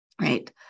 right